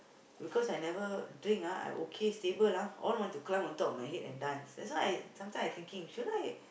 because I never drink ah I okay I stable ah all want to climb on top of my head and dance so that's why I sometimes I thinking should I